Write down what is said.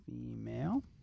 female